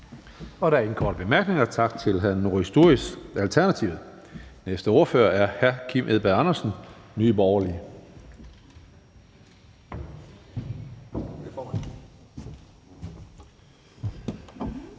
Der er ingen korte bemærkninger. Tak til hr. Noah Sturis, Alternativet. Næste ordfører er hr. Kim Edberg Andersen, Nye Borgerlige.